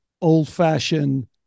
old-fashioned